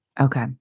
Okay